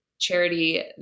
charity